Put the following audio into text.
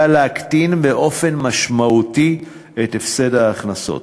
להקטין באופן משמעותי את הפסד ההכנסות,